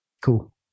Cool